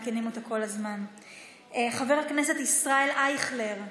חבר הכנסת ישראל אייכלר,